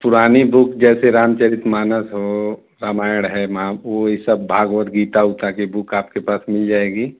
पुरानी बूक जैसे रामचरित मानस हो रामायण है महा ओ इ सब भागवत गीता ऊता की बूक आपके पास मिल जाएगी